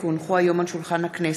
כי הונחו היום על שולחן הכנסת,